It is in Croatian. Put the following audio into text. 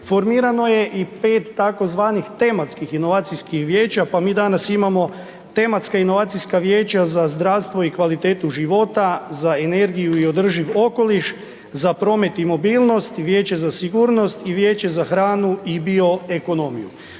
formirano je i 5 tzv. tematskih inovacijskih vijeća, pa mi danas imamo tematska inovacijska vijeća za zdravstvo i kvalitetu života, za energiju i održiv okoliš, za promet i mobilnost, vijeće za sigurnost i vijeće za hranu i bioekonomiju.